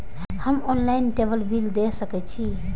हम ऑनलाईनटेबल बील दे सके छी?